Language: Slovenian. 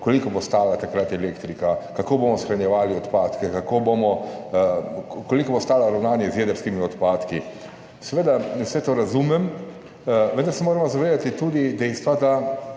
koliko bo takrat stala elektrika, kako bomo shranjevali odpadke, koliko bo stalo ravnanje z jedrskimi odpadki. Seveda vse to razumem, vendar se moramo zavedati tudi dejstva,